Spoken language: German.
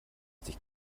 dich